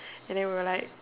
and then we were like